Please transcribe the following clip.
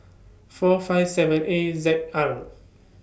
four five seven A Z R